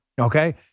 okay